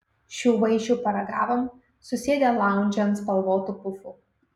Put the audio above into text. šių vaišių paragavom susėdę laundže ant spalvotų pufų